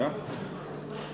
אדוני היושב-ראש,